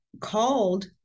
called